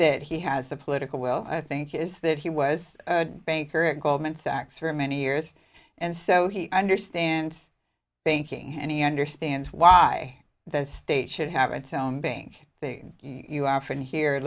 that he has a political well i think is that he was a banker at goldman sachs for many years and so he understands banking and he understands why the state should have its own bank thing you often hear